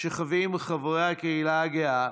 שחווים חברי הקהילה הגאה,